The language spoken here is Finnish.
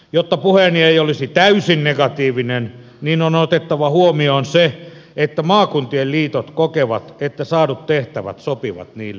jotta puheeni ei olisi täysin negatiivinen on otettava huomioon se että maakuntien liitot kokevat että saadut tehtävät sopivat niille hyvin